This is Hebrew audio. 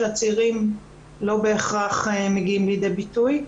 הצעירים לא בהכרח מגיעים לידי ביטוי.